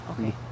okay